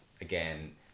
again